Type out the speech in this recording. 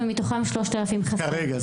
צריך 10,600 וחסרים 3,000.) כרגע.